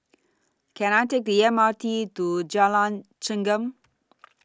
Can I Take The M R T to Jalan Chengam